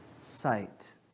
sight